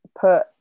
put